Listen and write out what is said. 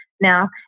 Now